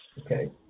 okay